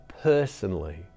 personally